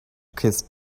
kiss